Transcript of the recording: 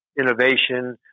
innovation